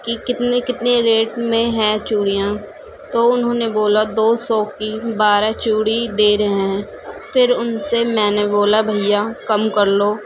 کہ کتنے کتنے ریٹ میں ہیں چوڑیاں تو انہوں نے بولا دو سو کی بارہ چوڑی دے رہے ہیں پھر ان سے میں نے بولا بھیا کم کر لو